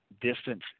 distance